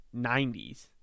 90s